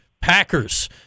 Packers